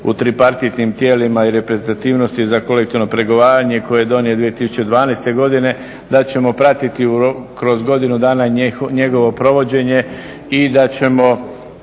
u tripartitnim tijelima i reprezentativnosti za kolektivno pregovaranje koji je donijet 2012.godine da ćemo pratiti kroz godinu dana njegovo provođenje i da ćemo